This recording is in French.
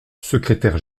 secrétaire